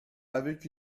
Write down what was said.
avec